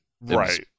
Right